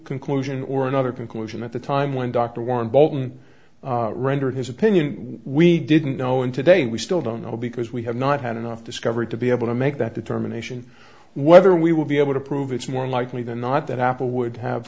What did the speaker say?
conclusion or another conclusion at the time when dr warren bolton rendered his opinion we didn't know and today we still don't know because we have not had enough discovery to be able to make that determination whether we will be able to prove it's more likely than not that apple would have